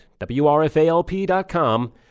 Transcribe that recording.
wrfalp.com